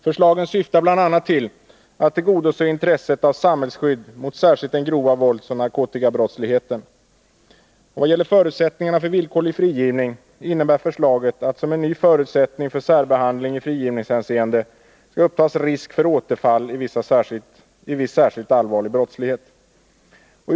Förslagen syftar bl.a. till att tillgodose intresset av samhällsskydd mot särskilt den grova våldsoch narkotikabrottsligheten. Vad gäller förutsättningarna för villkorlig frigivning innebär förslaget att som en ny förutsättning för särbehandling i frigivningshänseende upptas risk för återfall i viss särskilt allvarlig brottslighet.